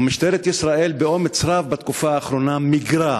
ומשטרת ישראל באומץ רב בתקופה האחרונה מיגרה